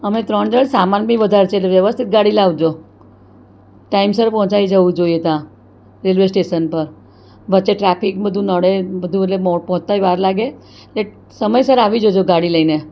અમે ત્રણ જણ સામાન બી વધારે છે એટલે વ્યવસ્થિત ગાડી લાવજો ટાઈમસર પહોંચાઈ જવું જોઈએ ત્યાં રેલવે સ્ટેશન પર વચ્ચે ટ્રાફિક બધું નડે બધું એટલે પહોંચતા ય વાર લાગે એટલે સમયસર આવી જજો ગાડી લઈને